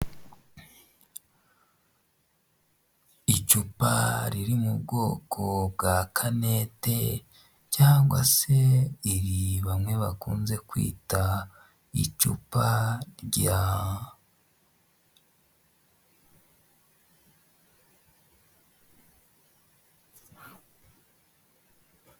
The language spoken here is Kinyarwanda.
Icupa riri mu bwoko bwa kanete cyangwa se ibi bamwe bakunze kwita icupa rya...